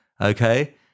Okay